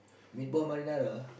meat ball marinara